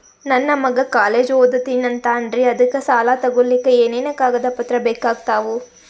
ನನ್ನ ಮಗ ಕಾಲೇಜ್ ಓದತಿನಿಂತಾನ್ರಿ ಅದಕ ಸಾಲಾ ತೊಗೊಲಿಕ ಎನೆನ ಕಾಗದ ಪತ್ರ ಬೇಕಾಗ್ತಾವು?